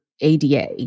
ADA